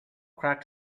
cracked